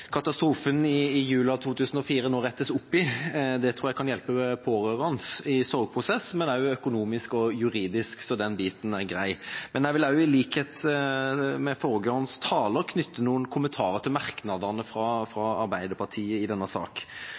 katastrofen i jula 2004, nå rettes opp i. Det tror jeg kan hjelpe pårørende ikke bare i deres sorgprosess, men også økonomisk og juridisk – så den biten er grei. Jeg vil i likhet med forrige taler knytte noen kommentarer til merknadene fra Arbeiderpartiet i denne